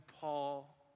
Paul